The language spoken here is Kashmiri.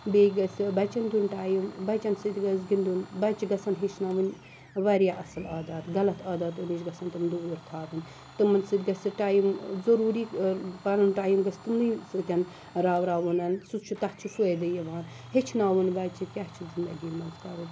بیٚیہِ گَژھِ بَچَن دِیُن ٹایِم بَچَن سۭتۍ گَژھِ گِنٛدُن بَچہِ گَژھَن ہیٚچھناوٕنۍ واریاہ اصل عادات غَلَط عاداتو نِش گَژھَن تِم دوٗر تھاوٕنۍ تِمَن سۭتۍ گَژھِ ٹایِم ضروٗری پَنُن ٹایِم گَژھِ تمنٕے سۭتۍ راو راوُنَن سُہ چھُ تَتھ چھُ فٲیِدٕ یِوان ہیٚچھناوُن بَچہِ کیاہ چھُ زِنٛدَگی مَنٛز کَرُن